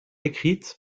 écrite